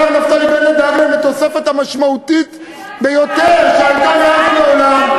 השר נפתלי בנט דאג להם לתוספת המשמעותית ביותר שהייתה מאז ומעולם.